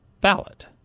ballot